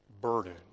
burden